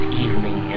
evening